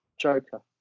Joker